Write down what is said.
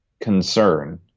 concern